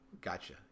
gotcha